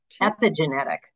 Epigenetic